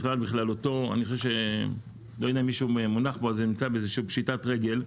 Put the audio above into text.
בכללותו, חוק המחזור נמצא בפשיטת רגל כלשהי.